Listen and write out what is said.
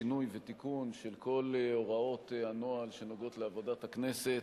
שינוי ותיקון של כל הוראות הנוהל שנוגעות לעבודת הכנסת,